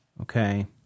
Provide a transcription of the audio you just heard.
Okay